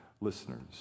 listeners